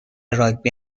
راگبی